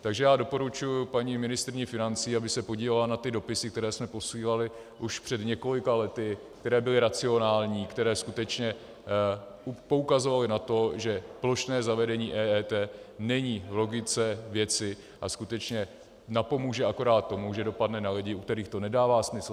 Takže já doporučuji paní ministryni financí, aby se podívala na ty dopisy, které jsme posílali už před několika lety, které byly racionální, které skutečně poukazovaly na to, že plošné zavedení EET není v logice věci a skutečně napomůže akorát tomu, že dopadne na lidi, u kterých to nedává smysl.